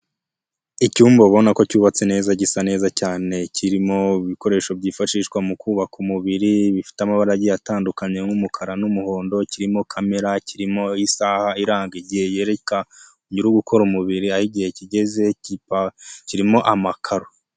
Icyumba ubona ko cyubatse neza gisa neza cyane, kirimo ibikoresho byifashishwa mu kubaka umubiri, bifite amarange atandukanye nk'umukara n'umuhondo, kirimo kamera, kirimo isaha iranga igihe nyiri ugukora umubiri aho igihe kigeze, kirimo amakaro.